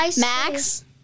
Max